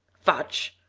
fudge!